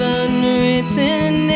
unwritten